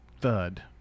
thud